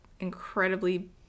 incredibly